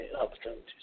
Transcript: opportunities